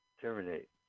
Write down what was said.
Terminate